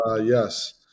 Yes